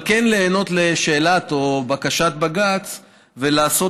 אבל כן להיענות לשאלת או בקשת בג"ץ ולעשות